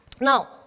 Now